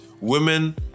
Women